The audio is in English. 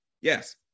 Yes